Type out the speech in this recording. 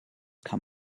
kann